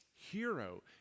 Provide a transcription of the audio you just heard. hero